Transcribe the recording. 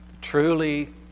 truly